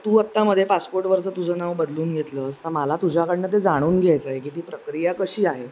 तू अत्तामदे पासपोर्टवरचं तुझं नाव बदलून घेतलंस तं मला तुझ्याकडनं ते जाणून घ्यायचंय की ती प्रक्रिया कशी आहे